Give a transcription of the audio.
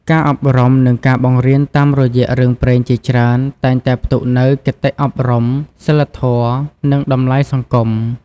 ការអប់រំ និងការបង្រៀនតាមរយះរឿងព្រេងជាច្រើនតែងតែផ្ទុកនូវ គតិអប់រំ សីលធម៌ និង តម្លៃសង្គម ។